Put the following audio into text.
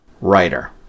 writer